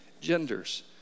genders